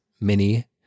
Mini